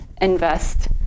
invest